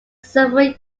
several